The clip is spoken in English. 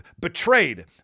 betrayed